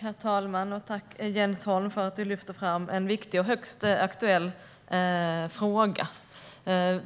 Herr talman! Tack, Jens Holm, för att du lyfter fram en viktig och högst aktuell fråga! Det